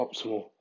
optimal